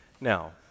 now